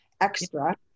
extra